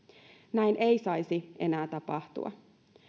näin ei saisi enää tapahtua